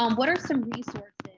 um what are some resources?